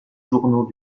journaux